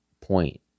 point